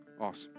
Awesome